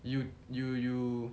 you you you